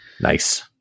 Nice